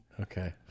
Okay